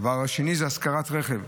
הדבר השני זה השכרת רכב.